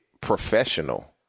professional